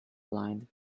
blinded